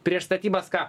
prieš statybas ką